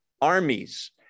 Armies